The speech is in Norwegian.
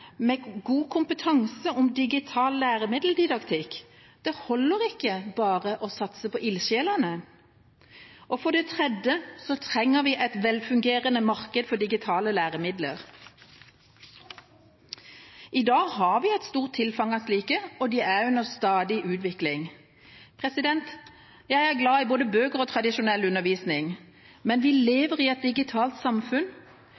holder ikke å satse bare på ildsjelene et velfungerende marked for digitale læremidler – i dag har vi et stort tilfang av slike, og de er under stadig utvikling Jeg er glad i både bøker og tradisjonell undervisning, men vi lever i et digitalt samfunn.